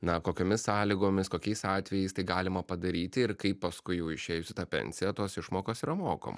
na kokiomis sąlygomis kokiais atvejais tai galima padaryti ir kai paskui jau išėjus į tą pensiją tos išmokos yra mokam